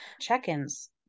check-ins